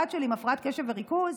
הבת שלי עם הפרעת קשב וריכוז.